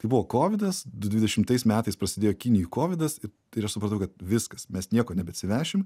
tai buvo kovidas du dvidešimtais metais prasidėjo kinijoj kovidas ir aš supratau kad viskas mes nieko nebeatsivešim